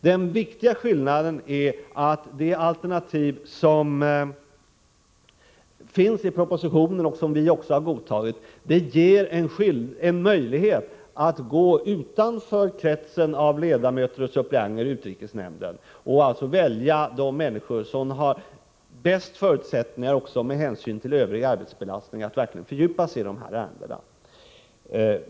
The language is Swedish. Den viktiga skillnaden är att det alternativ som föreslås i propositionen — och som vi har godtagit — ger oss möjlighet att gå utanför kretsen av ledamöter och suppleanter i utrikesnämnden och välja de människor som har bäst förutsättningar, också med hänsyn till övrig arbetsbelastning, att verkligen fördjupa sig i krigsmaterielärendena.